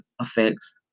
affects